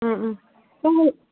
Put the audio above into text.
ꯎꯝꯎꯝ ꯄꯨꯡ